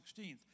16th